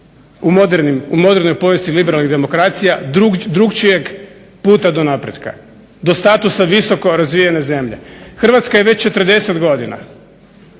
u modernoj povijesti liberalnih demokracija drukčijeg puta do napretka, do statusa visoko razvijene zemlje. Hrvatska je već 40 godina